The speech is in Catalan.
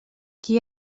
qui